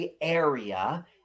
area